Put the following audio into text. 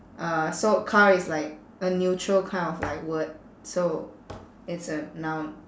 uh so car is like a neutral kind of like word so it's a noun